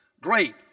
Great